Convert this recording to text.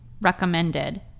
recommended